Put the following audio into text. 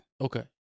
Okay